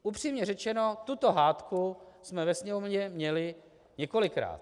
Upřímně řečeno, tuto hádku jsme ve Sněmovně měli několikrát.